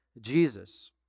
Jesus